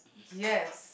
yes